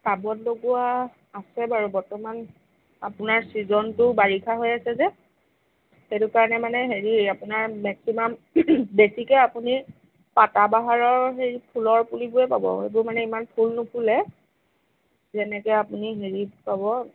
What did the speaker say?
টাবত লগোৱা আছে বাৰু বৰ্তমান আপোনাৰ চিজনটোও বাৰিষা হৈ আছে যে সেইটো কাৰণে মানে হেৰি আপোনাৰ মেক্সিমাম বেচিকে আপুনি পাতা বাহাৰৰ হেৰি ফুলৰ পুলিবোৰেই পাব সেইবোৰ মানে ইমান ফুল নুফুলে যেনেকৈ আপুনি হেৰিত পাব